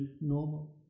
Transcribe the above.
normal